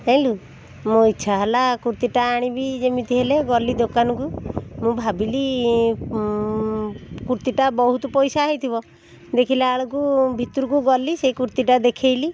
ଯାଣିଲୁ ମୋ ଇଚ୍ଛା ହେଲା କୁର୍ତ୍ତୀଟା ଆଣିବି ଯେମିତି ହେଲେ ଗଲି ଦୋକାନକୁ ମୁଁ ଭାବିଲି କୁର୍ତ୍ତୀଟା ବହୁତ ପଇସା ହେଇଥିବ ଦେଖିଲାବେଳକୁ ଭିତରକୁ ଗଲି ସେ କୁର୍ତ୍ତାଟା ଦେଖେଇଲି